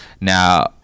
Now